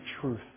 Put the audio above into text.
truth